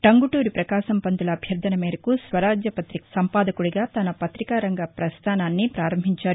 టంగుటూరి ప్రకాశం పంతులు అభ్యర్ధన మేరకు స్వరాజ్యపత్రిక సహ సంపాదకుడిగా తన పత్రికా రంగ ప్రస్థానాన్ని పారంభించారు